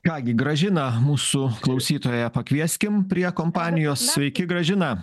ką gi gražiną mūsų klausytoją pakvieskim prie kompanijos sveiki gražina